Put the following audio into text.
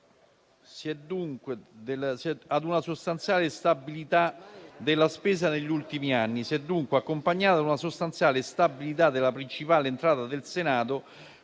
di euro. La costante riduzione della spesa negli ultimi anni si è dunque accompagnata ad una sostanziale stabilità della principale entrata del Senato,